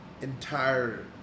entire